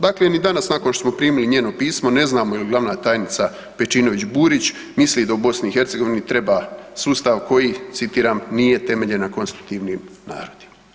Dakle, ni danas nakon što smo primili njeno pismo ne znamo je li glavna tajnica Pejčinović Burić misli da u BiH treba sustav koji, citiram, nije temeljen na konstitutivnim narodima.